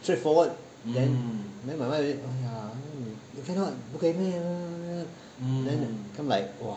straight forward then then my wife say !aiya! you cannot okay 不可以 meh then become like !wah!